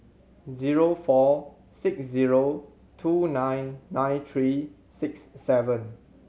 zero four six zero two nine nine three six seven